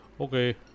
Okay